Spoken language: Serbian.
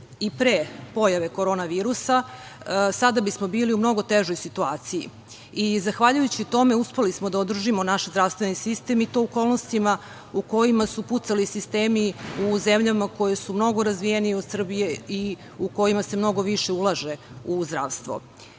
i pre pojave korona virusa, sada bismo bili u mnogo težoj situaciji. Zahvaljujući tome uspeli smo da održimo naš zdravstveni sistem, i to u okolnostima u kojima su pucali sistemi u zemljama koje su mnogo razvijenije od Srbije i u kojima se mnogo ulaže u zdravstvo. Poslednjih